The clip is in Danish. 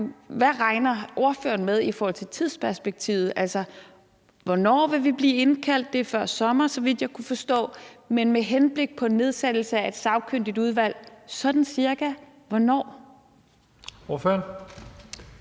Hvad regner ordføreren med i forhold til tidsperspektivet? Hvornår vil vi blive indkaldt? Det er før sommer, så vidt jeg kunne forstå. Men med henblik på nedsættelse af et sagkyndigt udvalg – sådan cirka hvornår? Kl.